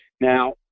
Now